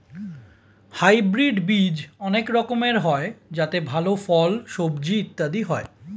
hybrid বীজ অনেক রকমের হয় যাতে ভালো ফল, সবজি ইত্যাদি হয়